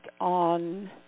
on